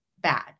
bad